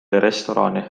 restorani